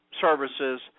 services